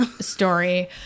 story